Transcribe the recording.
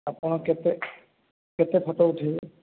ଆପଣ କେତେ କେତେ ଫଟୋ ଉଠାଇବେ